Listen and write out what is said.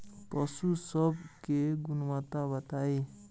पशु सब के गुणवत्ता बताई?